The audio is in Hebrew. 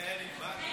זה נגמר כבר.